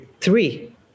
three